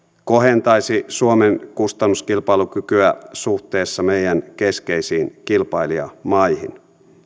kohentaisi suomen kustannuskilpailukykyä suhteessa meidän keskeisiin kilpailijamaihimme